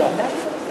דרך אגב,